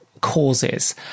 causes